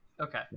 okay